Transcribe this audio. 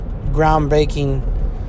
groundbreaking